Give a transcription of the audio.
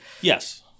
Yes